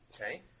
Okay